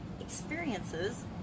experiences